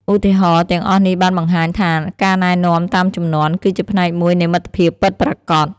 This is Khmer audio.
ឧទាហរណ៍ទាំងអស់នេះបានបង្ហាញថាការណែនាំតាមជំនាន់ គឺជាផ្នែកមួយនៃមិត្តភាពពិតប្រាកដ។